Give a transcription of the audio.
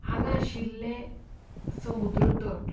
हांगा आशिल्ले समुद्र तट